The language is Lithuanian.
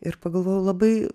ir pagalvojau labai